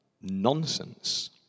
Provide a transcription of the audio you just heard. nonsense